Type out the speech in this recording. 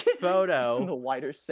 Photo